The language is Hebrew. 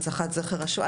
הנצחת זכר השואה,